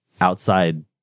outside